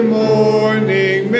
morning